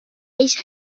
ich